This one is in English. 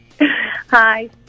Hi